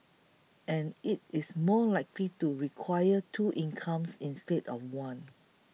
and it is more likely to require two incomes instead of one